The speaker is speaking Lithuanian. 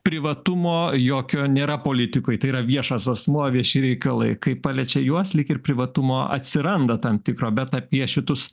privatumo jokio nėra politikui tai yra viešas asmuo vieši reikalai kaip paliečia juos lyg ir privatumo atsiranda tam tikro bet apie šitus